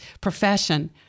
profession